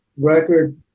record